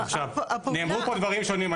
עכשיו, נאמרו פה דברים שונים.